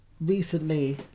recently